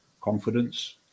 confidence